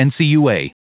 NCUA